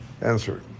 Answer